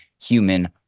human